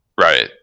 right